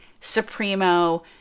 Supremo